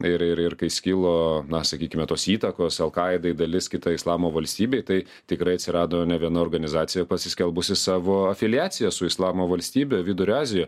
ir ir ir kai skilo na sakykime tos įtakos alkaidai dalis kitai islamo valstybei tai tikrai atsirado ne viena organizacija pasiskelbusi savo afiliaciją su islamo valstybe vidurio azijoj